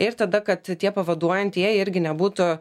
ir tada kad tie pavaduojantieji irgi nebūtų